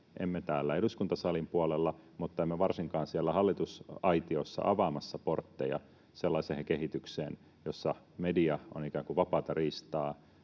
emme täällä eduskuntasalin puolella mutta emme varsinkaan siellä hallitusaitiossa — avaamassa portteja sellaiselle kehitykselle, jossa media on ikään kuin vapaata riistaa